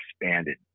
expanded